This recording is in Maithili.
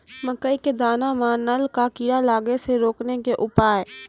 मकई के दाना मां नल का कीड़ा लागे से रोकने के उपाय?